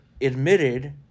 admitted